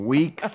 Week